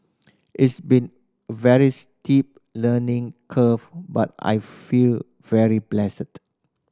it's been very steep learning curve but I feel very blessed